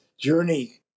journey